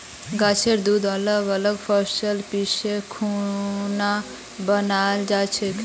गाछेर दूध अलग अलग फसल पीसे खुना बनाल जाछेक